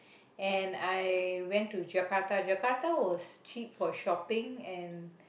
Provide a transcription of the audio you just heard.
and I went to Jakarta Jakarta was cheap for shopping and